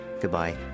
Goodbye